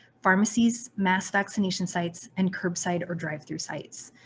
pharmacies, mass vaccination sites and curbside or drive-thru sites.